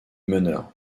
meneur